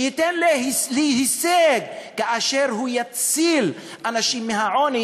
שייתן לי הישג כאשר הוא יציל אנשים מהעוני,